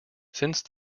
since